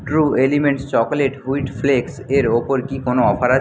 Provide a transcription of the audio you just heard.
true elements chocolate wheat flakes এর ওপর কি কোনো অফার আছে